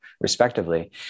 respectively